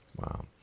Wow